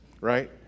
right